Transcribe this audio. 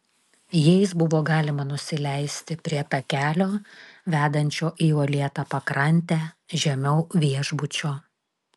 jais buvo galima nusileisti prie takelio vedančio į uolėtą pakrantę žemiau viešbučio